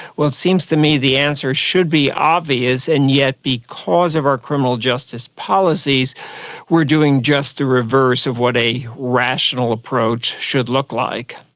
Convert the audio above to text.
well, it seems to me the answer should be obvious, and yet because of our criminal justice policies we are doing just the reverse of what a rational approach should look like.